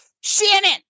Shannon